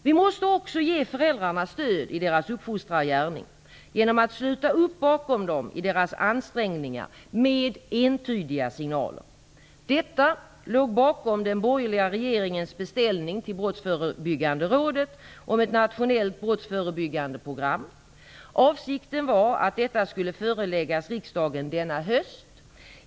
Vi måste också ge föräldrarna stöd i deras uppfostrargärning genom att sluta upp bakom dem i deras ansträngningar med entydiga signaler. Detta låg bakom den borgerliga regeringens beställning till Brottsförebyggande rådet av ett nationellt brottsförebyggande program. Avsikten var att detta skulle föreläggas riksdagen denna höst.